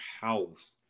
house